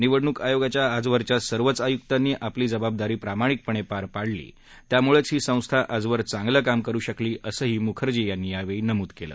निवडणुक आयोगाच्या आजवरच्या सर्वच आयुक्तांनी आपली जबाबदारी प्रामाणिकपणे पार पाडली त्यामुळेच ही संस्था आजवर चांगलं काम करु शकली असंही मुखर्जी यांनी यावेळी नमूद केलं